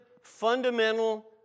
fundamental